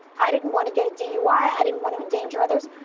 i didn't want to get a dui. i didn't want to endanger others.